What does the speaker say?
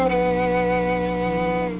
a